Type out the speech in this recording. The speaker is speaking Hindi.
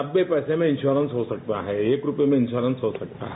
नब्बे पैसे में इंस्योरेंश हो सकता है एक रूपये में इंश्योरेंग हो सकता है